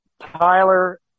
Tyler